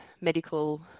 medical